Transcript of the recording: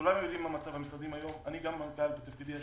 כולנו יודעים מה מצב המשרדים היום אני גם מנכ"ל בתפקידי השני,